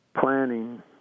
planning